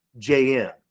JM